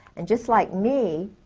and just like me.